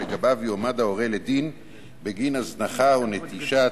שלגביו יועמד הורה לדין בגין הזנחה או נטישת